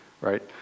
right